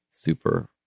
Super